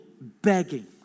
begging